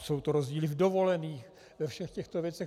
Jsou to rozdíly v dovolených, ve všech těchto věcech.